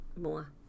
more